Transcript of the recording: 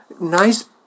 nice